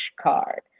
card